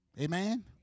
Amen